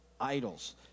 idols